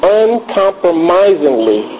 uncompromisingly